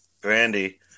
Brandy